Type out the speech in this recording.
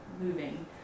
moving